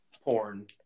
porn